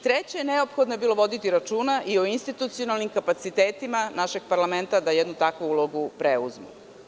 Treće, neophodno je bilo voditi računa i o institucionalnim kapacitetima našeg parlamenta da jednu takvu ulogu preuzme.